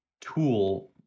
tool